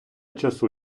часу